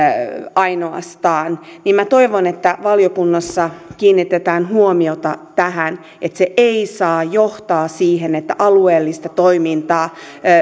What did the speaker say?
ainoastaan minä toivon että valiokunnassa kiinnitetään huomiota tähän että se ei saa johtaa siihen että alueellista toimintaa